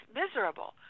miserable